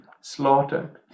slaughtered